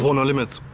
ah nolimits.